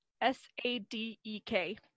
s-a-d-e-k